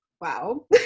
Wow